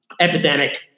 epidemic